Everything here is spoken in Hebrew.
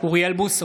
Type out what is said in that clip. אוריאל בוסו,